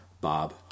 Bob